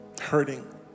hurting